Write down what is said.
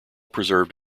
preserved